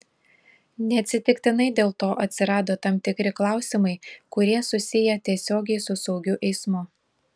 neatsitiktinai dėl to atsirado tam tikri klausimai kurie susiję tiesiogiai su saugiu eismu